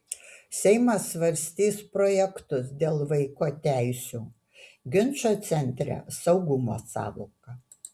seimas svarstys projektus dėl vaiko teisių ginčo centre saugumo sąvoka